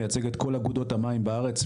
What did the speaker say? שמייצג למעשה את כל אגודות המים בישראל,